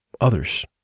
Others